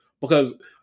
Because-